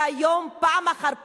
והיום, פעם אחר פעם,